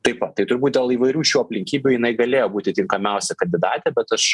taip pat tai turbūt dėl įvairių šių aplinkybių jinai galėjo būti tinkamiausia kandidatė bet aš